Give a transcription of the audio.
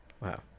wow